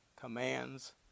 commands